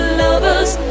lovers